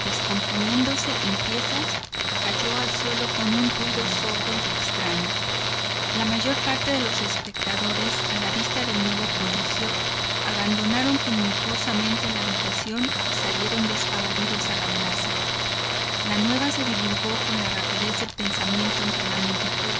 descomponiéndose en piezas cayó al suelo con un ruido sordo y extraño la mayor parte de los espectadores a la vista del nuevo prodigio abandonaron tumultuosamente la habitación y salieron despavoridos a la plaza la nueva se divulgó con la rapidez del pensamiento entre la multitud